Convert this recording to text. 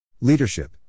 Leadership